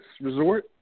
Resort